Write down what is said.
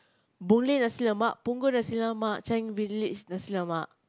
Boon-Lay nasi-lemak Punggol nasi-lemak Chinese Village nasi-lemak